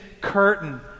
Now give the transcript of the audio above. curtain